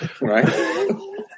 Right